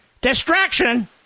Distraction